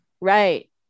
Right